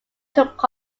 took